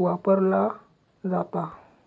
वापरला जाता